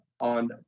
on